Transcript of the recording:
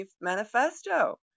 manifesto